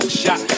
shot